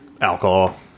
alcohol